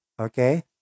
Okay